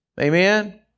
Amen